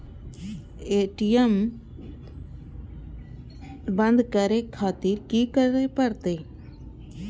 ATM बंद करें खातिर की करें परतें?